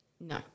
No